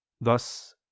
Thus